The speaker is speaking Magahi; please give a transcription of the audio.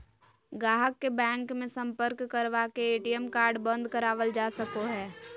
गाहक के बैंक मे सम्पर्क करवा के ए.टी.एम कार्ड बंद करावल जा सको हय